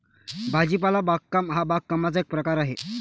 भाजीपाला बागकाम हा बागकामाचा एक प्रकार आहे